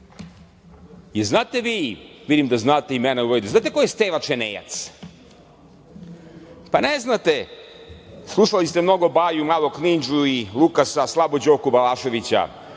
znate vi, vidim da znate imena, znate ko je Steva Čenejac? Pa, ne znate, slušali ste mnogo Baju malog knidžu i Lukasa, slabo Đoku Balaševića,